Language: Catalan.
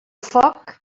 foc